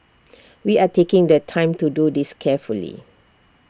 we are taking the time to do this carefully